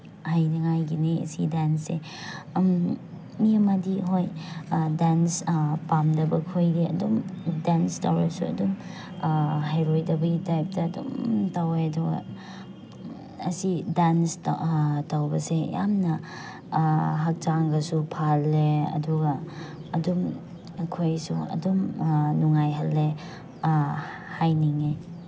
ꯍꯩꯅꯉꯥꯏꯒꯤꯅꯤ ꯑꯁꯤ ꯗꯥꯟꯁꯁꯦ ꯃꯤ ꯑꯃꯗꯤ ꯍꯣꯏ ꯗꯥꯟꯁ ꯄꯥꯝꯗꯕꯈꯣꯏꯗꯤ ꯑꯗꯨꯝ ꯗꯥꯟꯁ ꯇꯧꯔꯁꯨ ꯑꯗꯨꯝ ꯍꯩꯔꯣꯏꯗꯕꯒꯤ ꯇꯥꯏꯞꯇ ꯑꯗꯨꯝ ꯇꯧꯏ ꯑꯗꯨꯒ ꯑꯁꯤ ꯗꯥꯟꯁ ꯇꯧꯕꯁꯦ ꯌꯥꯝꯅ ꯍꯛꯆꯥꯡꯒꯁꯨ ꯐꯍꯜꯂꯦ ꯑꯗꯨꯒ ꯑꯗꯨꯝ ꯑꯩꯈꯣꯏꯁꯨ ꯑꯗꯨꯝ ꯅꯨꯡꯉꯥꯏꯍꯜꯂꯦ ꯍꯥꯏꯅꯤꯡꯉꯦ